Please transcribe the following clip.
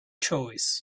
choice